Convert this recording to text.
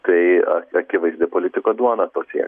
tai a akivaizdi politiko duona tokia